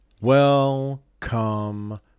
Welcome